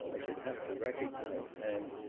i should have to recognize and,